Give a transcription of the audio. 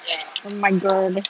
oh my god